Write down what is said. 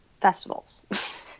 Festivals